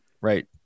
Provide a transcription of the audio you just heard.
right